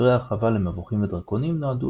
ספרי הרחבה למבוכים ודרקונים נועדו